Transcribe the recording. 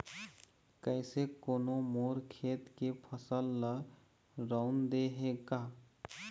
कइसे कोनो मोर खेत के फसल ल रंउद दे हे का?